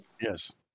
Yes